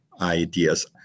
ideas